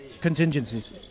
contingencies